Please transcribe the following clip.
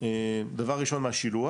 דבר ראשון מהשילוח,